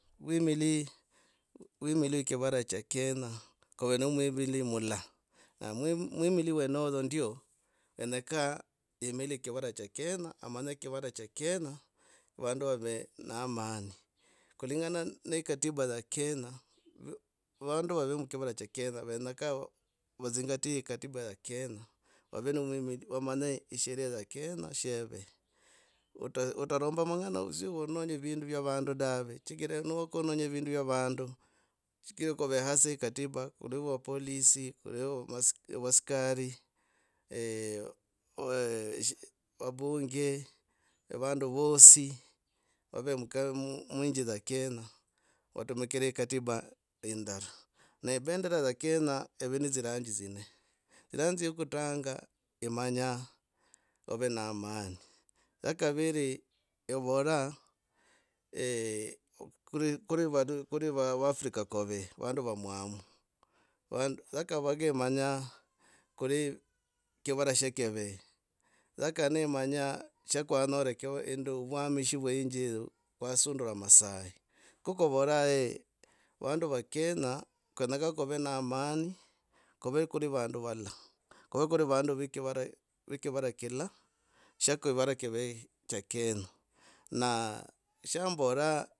Vwimili vwe kivara cha kenya kuve no mwivili mula. mwivili, mwimili mwenozo ndio keyakaa yimili kivara cha kenya, amanye kivara cha kenya vandu vave na mani kulingana ne ekatibu ya kenya vandu vave mkivara cha kenya venyakaa vazingatie katiba ya kenya vave na mwimili. Vamanye sheria ya kenya sheve ota otaramba mang’ana odzie wononie vindu vya vandu dave chigira no wokononya vindu vya vandu chigira kuve hasi ho katiba kuli vo polisi, kuli vo vaskari, eeh eeh vabunge vandu vasi vave muka, muinchi za kenya vatumikiraa katiba indara. Ne bendera za kenya kuve ne dzirangi dzinne irangi ya kutanga imanya ov na amani, ya kaviri evora eeh kuri vandu, kuundi vafrika guve vandu vamwamu vandu, ya kavaga imanya kuri kivara sha keve ya kanne imanya shakwanyora nende vwamshi vwe nchi vwasundura masayi. Kho kuvora eeh vandu va kenya kenyakaa kuve na amani kuve kuri vandu valala, kuve kuri vandu ve kivara, vye kivara kilala sha kivara kive cha kenya. Na shambora